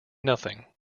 nothing